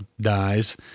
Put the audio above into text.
dies